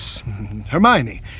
Hermione